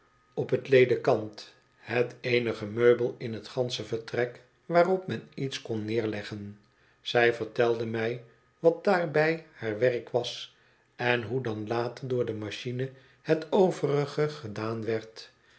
op het ledekant het eenige meubel in het gansene vertrek waarop men iets kon neerleggen zij vertelde mij wat daarbij haar werk was en hoe dan later door de machine het overige gedaan werd